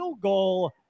goal